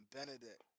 Benedict